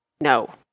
No